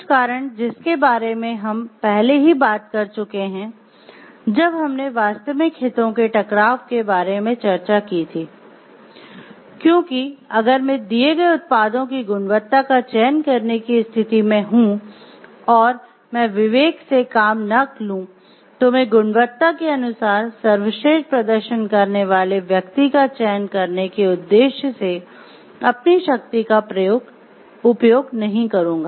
कुछ कारण जिसके बारे मे हम पहले ही बात कर चुके है जब हमने वास्तविक हितों के टकराव के बारे में चर्चा की थी क्योंकि अगर मैं दिए गए उत्पादों की गुणवत्ता का चयन करने की स्थिति में हूं और मैं विवेक से काम न लूँ तो मैं गुणवत्ता के अनुसार सर्वश्रेष्ठ प्रदर्शन करने वाले व्यक्ति का चयन करने के उद्देश्य से अपनी शक्ति का उपयोग नहीं करूंगा